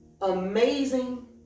amazing